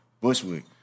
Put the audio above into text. Bushwick